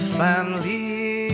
family